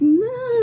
no